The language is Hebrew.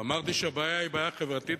אמרתי שהבעיה היא בעיה חברתית,